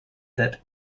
that